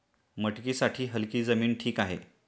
मटकीसाठी हलकी जमीन ठीक आहे